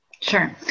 Sure